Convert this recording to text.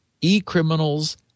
e-criminals